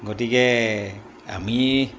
গতিকে আমি